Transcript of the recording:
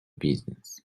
business